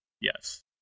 yes